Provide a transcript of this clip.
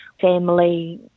family